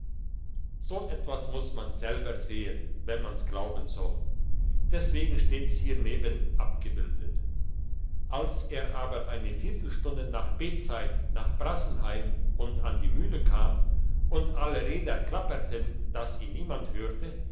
so etwas muss man selber sehen wenn man's glauben soll deswegen steht's hierneben abgebildet als er aber eine viertelstunde nach betzeit nach brassenheim und an die mühle kam und alle räder klapperten dass ihn niemand hörte